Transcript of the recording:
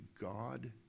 God